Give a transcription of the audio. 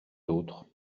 d’autre